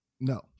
No